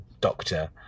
doctor